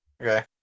okay